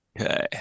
Okay